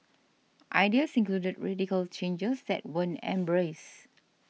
ideas included radical changes that weren't embraced